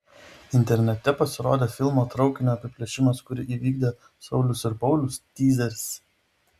internete pasirodė filmo traukinio apiplėšimas kurį įvykdė saulius ir paulius tyzeris